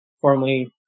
Formerly